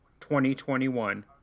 2021